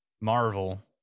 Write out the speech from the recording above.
Marvel –